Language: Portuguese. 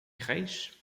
reis